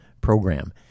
program